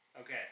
Okay